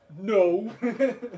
No